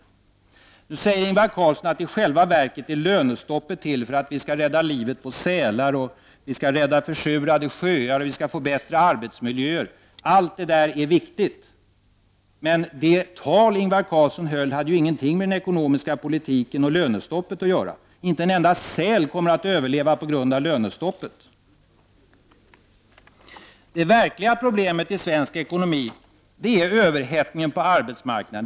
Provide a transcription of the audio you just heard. Ingvar Carlsson säger att lönestoppet i själva verket är till för att vi skall kunna rädda livet på sälar, rädda försurade sjöar och förbättra arbetsmiljön. Allt detta är viktigt, men det tal Ingvar Carlsson höll hade ingenting med den ekonomiska politiken och lönestoppet att göra. Inte en enda säl kommer att överleva på grund av lönestoppet. Det verkliga problemet i svensk ekonomi är överhettningen på arbetsmarknaden.